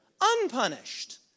Unpunished